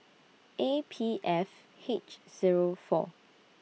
A P F H Zero four